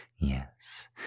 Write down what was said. Yes